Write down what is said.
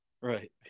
Right